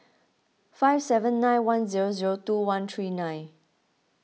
five seven nine one zero zero two one three nine